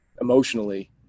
emotionally